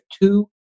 two